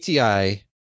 ATI